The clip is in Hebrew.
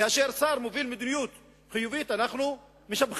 כאשר שר מוביל מדיניות חיובית אנחנו משבחים.